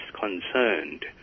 concerned